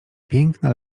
piękna